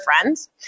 friends